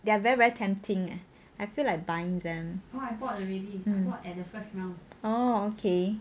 they are very very tempting I feel like buying them orh okay